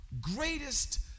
greatest